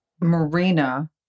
Marina